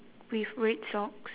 with red socks